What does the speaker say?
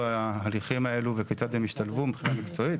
ההליכים האלה וכיצד הם ישתלבו מבחינה מקצועית,